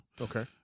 Okay